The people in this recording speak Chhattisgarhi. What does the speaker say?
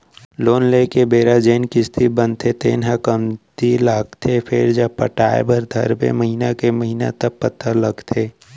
लोन लेए के बेरा जेन किस्ती बनथे तेन ह कमती लागथे फेरजब पटाय बर धरथे महिना के महिना तब पता लगथे